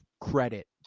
credit